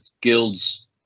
guilds